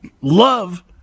Love